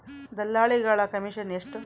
ದಲ್ಲಾಳಿಗಳ ಕಮಿಷನ್ ಎಷ್ಟು?